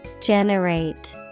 Generate